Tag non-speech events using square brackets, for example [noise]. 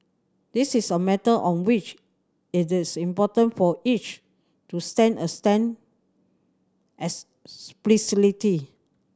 this is a matter on which is this important for each to stand a stand [unintelligible]